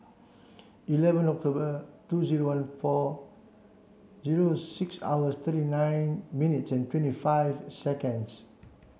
eleven October two zero one four zero six hour thirty nine minutes and twenty five seconds